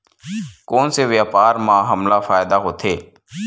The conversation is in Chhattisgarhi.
कोन से व्यापार म हमला फ़ायदा होथे?